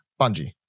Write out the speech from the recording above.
Bungie